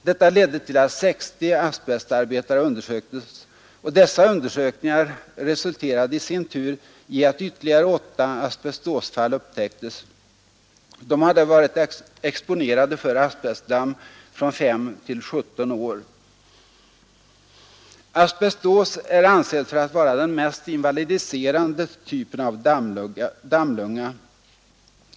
Detta ledde till att 60 asbestarbetare undersöktes, och dessa undersökningar resulterade i sin tur i att ytterligare åtta asbestosfall upptäcktes. De personerna hade varit exponerade för asbestdamm under en tid av mellan 5 och 17 år. Asbestos är ansedd för att vara den mest invalidiserande typen av dammlunga.